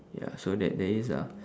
ya so ther~ there is ah